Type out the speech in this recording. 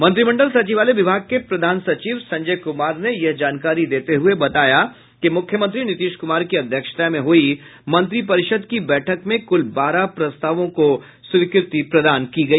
मंत्रिमंडल सचिवालय विभाग के प्रधान सचिव संजय कुमार ने यह जानकारी देते हुए बताया कि मुख्यमंत्री नीतीश कुमार की अध्यक्षता में हुई मंत्रिपरिषद् की बैठक में कुल बारह प्रस्तावों को स्वीकृति प्रदान की गई